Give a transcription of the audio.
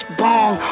bong